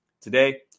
Today